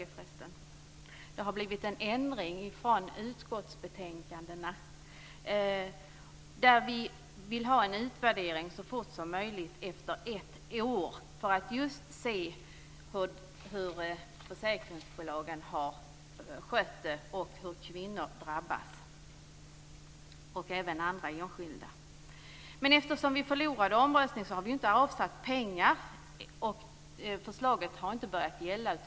Där vill vi ha en utvärdering så fort som möjligt efter ett år för att just se hur försäkringsbolagen har skött det här och hur kvinnor - och även andra enskilda - har drabbats. Eftersom vi förlorade omröstningen har vi dock inte avsatt pengar, och förslaget har inte börjat gälla.